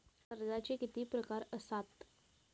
कर्जाचे किती प्रकार असात?